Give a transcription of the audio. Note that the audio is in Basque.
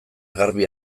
garbi